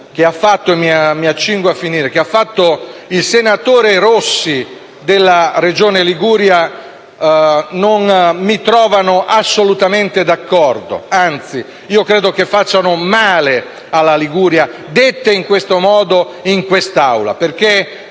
che ha fatto il senatore Maurizio Rossi sulla Regione Liguria non mi trovano assolutamente d'accordo; anzi, io credo che facciano male alla Liguria, dette in questo modo e in quest'Aula. Nella